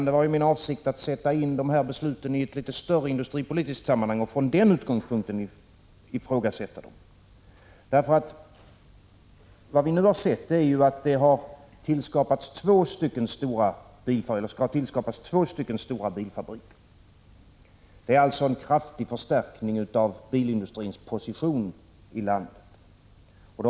Det var min avsikt att sätta in dessa beslut i ett större industripolitiskt sammanhang och från den utgångspunkten ifrågasätta. Vi har sett att det skall tillskapas två stora bilfabriker. Det är alltså en kraftig förstärkning av bilindustrins position i landet.